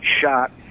shot